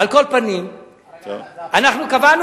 זו הבטחה, שיהיה שמח?